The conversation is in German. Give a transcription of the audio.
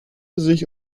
sich